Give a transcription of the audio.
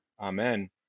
Amen